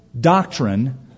doctrine